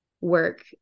work